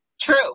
True